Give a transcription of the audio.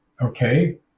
okay